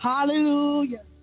Hallelujah